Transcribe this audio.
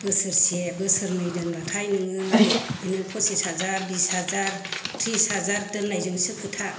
बोसोरसे बोसोरनै दोनबाथाय नोङो बिदिनो पसिस हाजार बिस हाजार त्रिस हाजार दोननायजोंसो खोथा